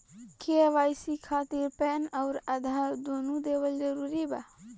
KYC खातिर PAN आउर आधार दुनों देवल जरूरी बा?